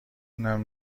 اونم